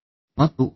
ಅಲ್ಲದೆ ಅದು ಹೇಗಿತ್ತು